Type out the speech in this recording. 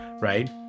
right